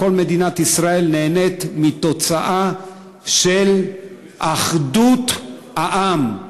כל מדינת ישראל נהנית מתוצאה של אחדות העם.